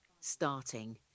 starting